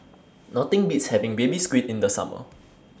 Nothing Beats having Baby Squid in The Summer